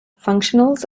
functionals